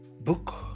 book